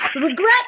Regret